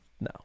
no